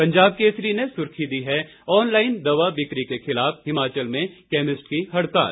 पंजाब केसरी ने सुर्खी दी है ऑनलाइन दवा बिक्री के खिलाफ हिमाचल में केमिस्ट की हड़ताल